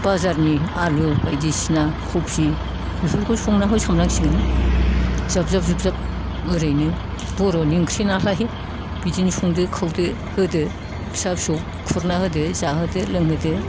बाजारनि आलु बायदिसिना खबि बेफोरखौ संना होसन नांसिगोन जाब जाब जुब जाब ओरैनो बर'नि ओंख्रि नालाय बिदिनो संदो खावदो होदो फिसा फिसौ खुरना होदो जाहोदो लोंहोदो